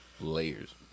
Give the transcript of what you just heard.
Layers